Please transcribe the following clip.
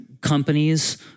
Companies